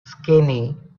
skinny